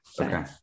okay